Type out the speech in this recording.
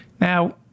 Now